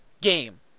game